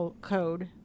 code